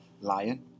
lion